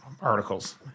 articles